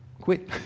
quit